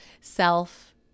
Self